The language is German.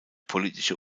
politische